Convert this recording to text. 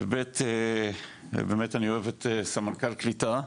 ו-ב', באמת אני אוהב את סמנכ"ל קליטה,